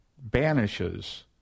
banishes